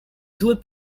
zły